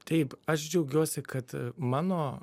taip aš džiaugiuosi kad mano